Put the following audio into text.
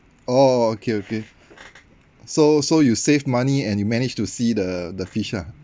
orh okay okay so so you save money and you managed to see the the fish lah